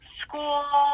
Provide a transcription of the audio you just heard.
school